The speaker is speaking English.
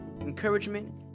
encouragement